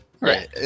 Right